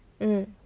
mm